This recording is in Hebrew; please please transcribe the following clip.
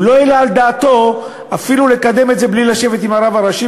לא העלה על דעתו אפילו לקדם את זה בלי לשבת עם הרב הראשי,